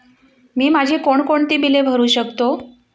मी माझी कोणकोणती बिले भरू शकतो?